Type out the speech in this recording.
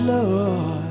Lord